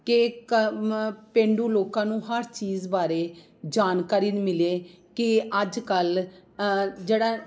ਕਿ ਕ ਮ ਪੇਂਡੂ ਲੋਕਾਂ ਨੂੰ ਹਰ ਚੀਜ਼ ਬਾਰੇ ਜਾਣਕਾਰੀ ਮਿਲੇ ਕਿ ਅੱਜ ਕੱਲ੍ਹ ਜਿਹੜਾ